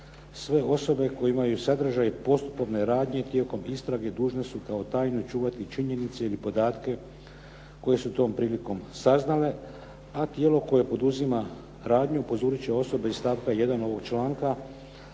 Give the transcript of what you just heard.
sve osobe koje imaju sadržaj i postupovne radnje tijekom istrage dužni su kao tajnu čuvati činjenice ili podatke koje su tom prilikom saznale, a tijelo koje poduzima radnju upozoriti će osobe iz stavka 1. ovog članka